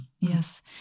Yes